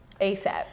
ASAP